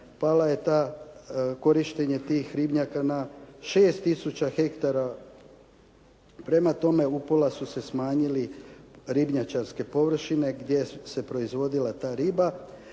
palo je to korištenje tih ribnjaka na 6 tisuća hektara. Prema tome upola su se smanjili ribnjičarske površine gdje se proizvodila ta riba.